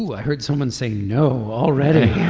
i heard someone say no already